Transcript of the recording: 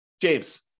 James